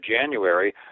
January